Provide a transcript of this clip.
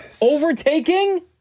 Overtaking